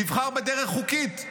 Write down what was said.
נבחר בדרך חוקית,